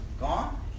Gone